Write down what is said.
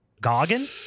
Goggin